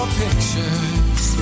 pictures